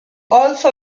also